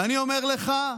ואני אומר לך,